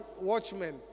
watchmen